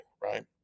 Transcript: right